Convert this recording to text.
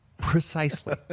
Precisely